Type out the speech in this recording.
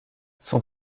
son